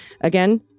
Again